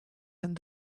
and